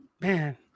man